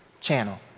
channel